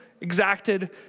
exacted